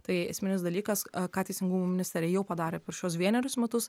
tai esminis dalykas ką teisingumo ministerija jau padarė per šiuos vienerius metus